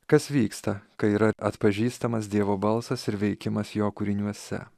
kas vyksta kai yra atpažįstamas dievo balsas ir veikimas jo kūriniuose